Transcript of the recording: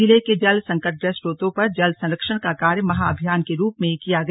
जिले के जल संकटग्रस्त स्रोतों पर जल संरक्षण का कार्य महा अभियान के रूप में किया गया